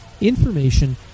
information